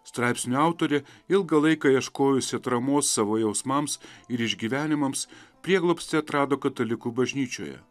straipsnio autorė ilgą laiką ieškojusi atramos savo jausmams ir išgyvenimams prieglobstį atrado katalikų bažnyčioje